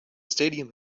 stadium